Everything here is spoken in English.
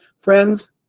Friends